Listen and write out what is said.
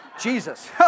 Jesus